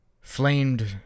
flamed